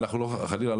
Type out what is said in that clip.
חלילה,